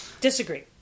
Disagree